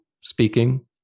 speaking